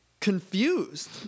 confused